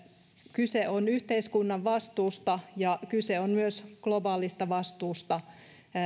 kyse on yhteiskunnan vastuusta ja kyse on myös globaalista vastuusta